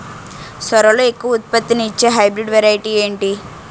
సోరలో ఎక్కువ ఉత్పత్తిని ఇచే హైబ్రిడ్ వెరైటీ ఏంటి?